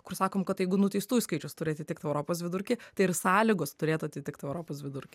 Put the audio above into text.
kur sakom kad jeigu nuteistųjų skaičius turi atitikt europos vidurkį tai ir sąlygos turėtų atitikt europos vidurkį